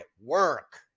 work